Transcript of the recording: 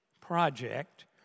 project